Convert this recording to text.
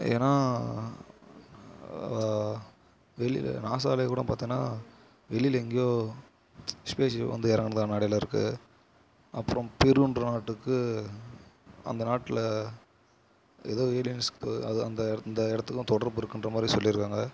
ஏனால் வெளியில் நாசாலையும் கூட பார்த்தோன்னா வெளியில் எங்கையோ ஸ்பேஷிப் வந்து இறங்குனதா இருக்குது அப்புறம் பெருன்ற நாட்டுக்கு அந்த நாட்டில் ஏதோ ஏலியன்ஸுக்கு அது அந்த அந்த இடத்துக்கும் தொடர்பு இருக்குன்ற மாதிரி சொல்லியிருக்காங்க